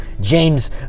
James